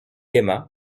aima